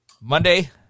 Monday